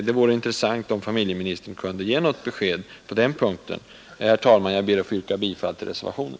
Det vore intressant om familjeministern kunde ge ett besked på den punkten. Herr talman! Jag ber att få yrka bifall till reservationen.